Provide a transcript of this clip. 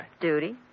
Duty